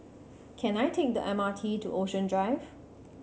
can I take the M R T to Ocean Drive